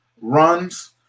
runs